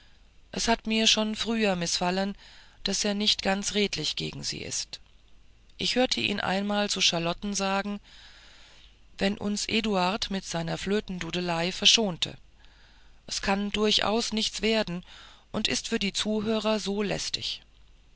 es hat mir schon früher mißfallen daß er nicht ganz redlich gegen sie ist ich hörte ihn einmal zu charlotten sagen wenn uns nur eduard mit seiner flötendudelei verschonte es kann daraus nichts werden und ist für die zuhörer so lästig